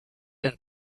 and